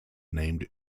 named